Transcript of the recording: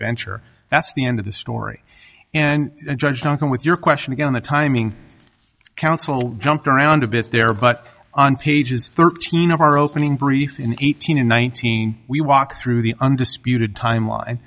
venture that's the end of the story and judge talking with your question again the timing counsel jumped around a bit there but on pages thirteen of our opening brief in eighteen and nineteen we walk through the undisputed timeline